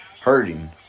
hurting